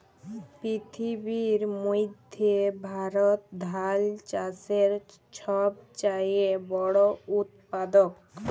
পিথিবীর মইধ্যে ভারত ধাল চাষের ছব চাঁয়ে বড় উৎপাদক